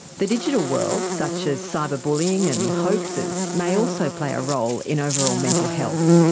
the digital world, such as cyber bullying and hoaxes, may also play a role in overall mental health.